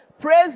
Praise